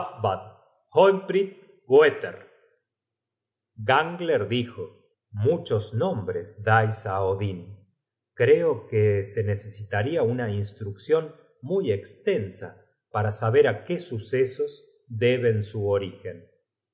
search generated at gangler dijo muchos nombres dais á odin creo que se necesitaria una instruccion muy estensa para saber á qué sucesos deben su orígen